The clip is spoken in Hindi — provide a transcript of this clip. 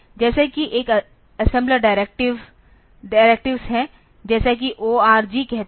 जैसा कि एक असेम्बलर डिरेक्टिवेस है जैसा कि ORG कहते हैं